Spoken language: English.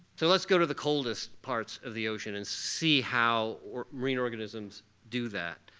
so let's go to the coldest parts of the ocean and see how marine organisms do that.